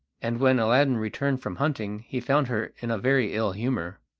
and when aladdin returned from hunting he found her in a very ill humour.